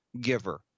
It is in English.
giver